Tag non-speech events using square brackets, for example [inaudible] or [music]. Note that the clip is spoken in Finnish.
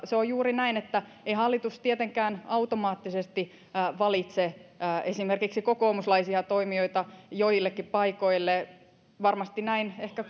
se on juuri näin että ei hallitus tietenkään automaattisesti valitse esimerkiksi kokoomuslaisia toimijoita joillekin paikoille varmasti näin ehkä [unintelligible]